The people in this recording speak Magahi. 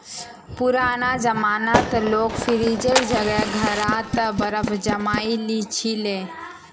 पुराना जमानात लोग फ्रिजेर जगह घड़ा त बर्फ जमइ ली छि ले